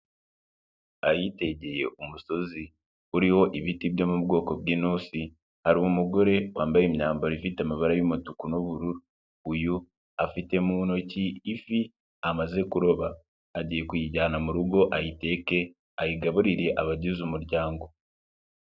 Ahitegeye umusozi uriho ibiti byo mu bwoko bw'inosi, hari umugore wambaye imyambaro ifite amabara y'umutuku n'ubururu. Uyu, afite mu ntoki ifi amaze kuroba. Agiye kuyijyana mu rugo ayiteke ayigaburiye abagize umuryango.